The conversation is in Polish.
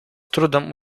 trudem